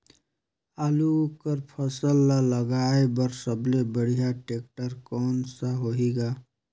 आलू कर फसल ल लगाय बर सबले बढ़िया टेक्टर कोन सा होही ग?